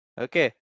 Okay